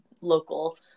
local